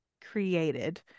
created